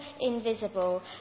Invisible